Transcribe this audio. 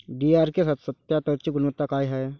DRK सत्यात्तरची गुनवत्ता काय हाय?